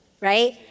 right